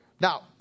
Now